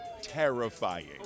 terrifying